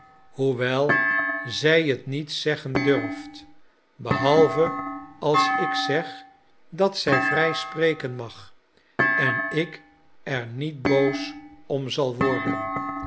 hoewel zij het niet zeggen durft behalve als ik zeg dat zij vrij spreken mag en ik er niet boos om zal worden